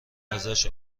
ازش